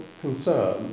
concern